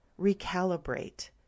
recalibrate